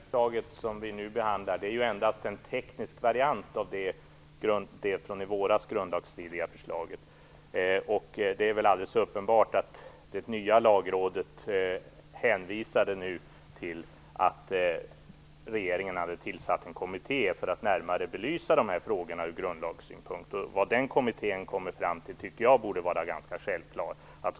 Fru talman! Det förslag som vi nu behandlar är ju endast en teknisk variant av det från i våras grundlagsstridiga förslaget. Det är väl alldeles uppenbart att det nya Lagrådet nu hänvisade till att regeringen hade tillsatt en kommitté för att närmare belysa dessa frågor ur grundlagssynpunkt. Jag tycker att det borde vara ganska självklart vad den kommittén kommer fram till.